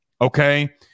okay